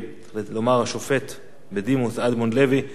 בדימוס אדמונד לוי, בנושא הכשרת מאחזים,